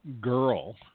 girl